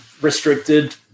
restricted